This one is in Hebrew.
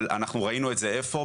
אבל אנחנו ראינו את זה איפה?